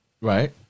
right